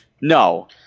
No